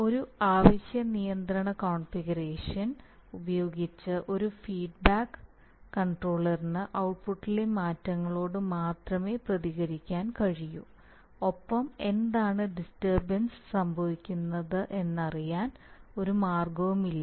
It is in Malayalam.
ഒരു അവശ്യ നിയന്ത്രണ കോൺഫിഗറേഷൻ ഉപയോഗിച്ച് ഒരു ഫീഡ്ബാക്ക് കണ്ട്രോളറിന് ഔട്ട്പുട്ടിലെ മാറ്റങ്ങളോട് മാത്രമേ പ്രതികരിക്കാൻ കഴിയൂ ഒപ്പം എന്താണ് ഡിസ്റ്റർബൻസ് സംഭവിക്കുന്നതെന്ന് അറിയാൻ ഒരു മാർഗവുമില്ല